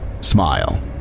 smile